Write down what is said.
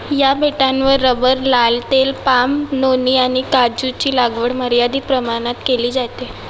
या बेटांवर रबर लाल तेल पाम नोनी आणि काजूची लागवड मर्यादित प्रमाणात केली जाते